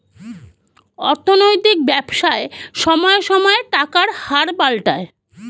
অর্থনৈতিক ব্যবসায় সময়ে সময়ে টাকার হার পাল্টায়